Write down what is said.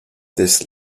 this